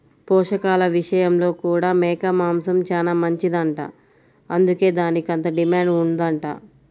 పోషకాల విషయంలో కూడా మేక మాంసం చానా మంచిదంట, అందుకే దానికంత డిమాండ్ ఉందంట